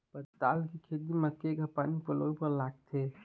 पताल के खेती म केघा पानी पलोए बर लागथे?